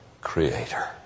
creator